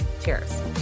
Cheers